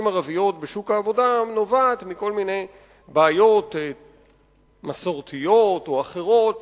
ערביות בשוק העבודה נובעת מכל מיני בעיות מסורתיות או אחרות